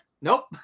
nope